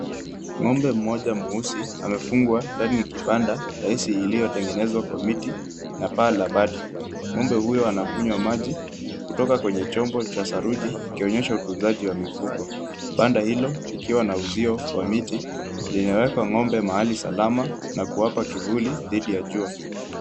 Ng'ombe mmoja mweusi, amefungwa ndani ya kibanda, rahisi iliyotengenezwa kwa miti na paa la bati. Ng'ombe huyo anakunywa maji, kutoka kwenye chombo cha saruji, ikionyesha utunzaji wa mifugo. Banda hilo likiwa na uzio wa miti, linaweka ng'ombe mahali salama na kuwapa kivuli dhidi ya jua.